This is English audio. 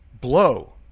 blow